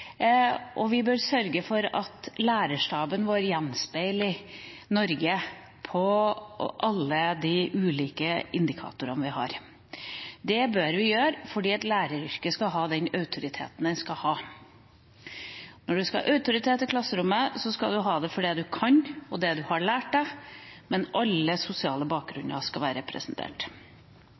Vi bør sørge for at lærerstaben gjenspeiler Norge på alle de ulike indikatorene vi har. Det bør vi gjøre fordi læreryrket skal ha den autoriteten det skal ha. Når en skal ha autoritet i klasserommet, skal en ha det for det en kan, og det en har lært seg, men alle sosiale